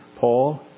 Paul